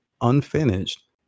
unfinished